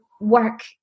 work